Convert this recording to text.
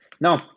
No